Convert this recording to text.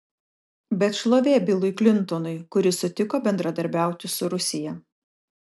bet šlovė bilui klintonui kuris sutiko bendradarbiauti su rusija